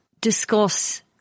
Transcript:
discuss